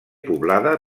poblada